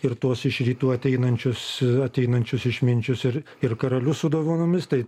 ir tuos iš rytų ateinančius ateinančius išminčius ir ir karalius su dovanomis tai